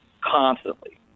constantly